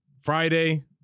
Friday